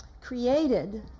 created